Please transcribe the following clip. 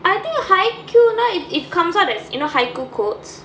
I think haikyuu னா:naa it comes out as you know haikyuu quotes